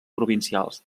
provincials